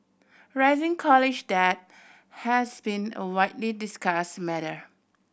rising college debt has been a widely discuss matter